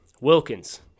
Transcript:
Wilkins